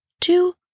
Two